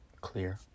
Clear